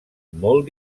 molt